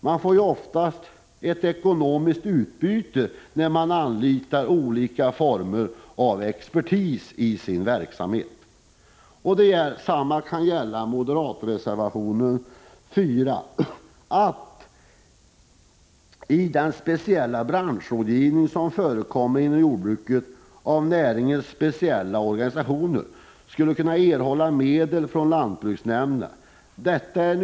Man får ju oftast ett ekonomiskt utbyte när man anlitar expertis i sin verksamhet. Detsamma kan gälla den moderata reservationen 4, där reservanterna anser att jordbruksnäringens speciella organisationer borde kunna tillföras medel från lantbruksnämnderna för den rådgivning som dessa organisationer förmedlar till branschen.